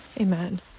Amen